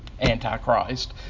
Antichrist